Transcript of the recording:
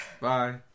Bye